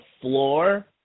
floor